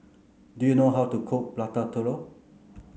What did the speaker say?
do you know how to cook Prata Telur